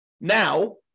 now